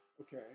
Okay